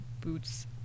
boots